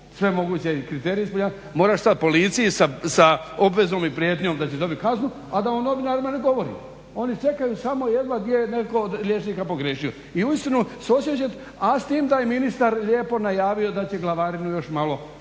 sve moguće kriterije moraš sada policiji sa obvezom i prijetnjom da će dobiti kaznu, a da o novinarima ne govorim. Oni čekaju jedva gdje je netko od liječnika pogriješio i uistinu suosjećam, a s tim da je ministar lijepo najavio da će glavarinu još malo